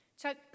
Chuck